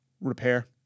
repair